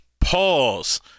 pause